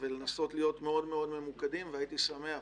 ולנסות להיות מאוד מאוד ממוקדים, והייתי שמח